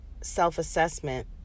self-assessment